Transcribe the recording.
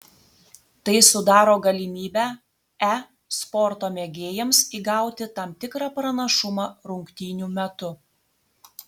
tai sudaro galimybę e sporto mėgėjams įgauti tam tikrą pranašumą rungtynių metu